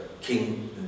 King